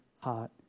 heart